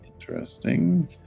interesting